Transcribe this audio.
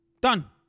Done